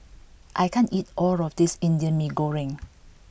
I can't eat all of this Indian Mee Goreng